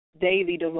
daily